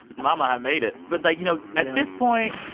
mama, i made it. but, like, you know, at this point,